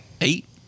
Eight